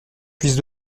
puisse